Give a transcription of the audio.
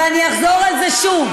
ואני אחזור על זה שוב.